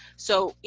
so, you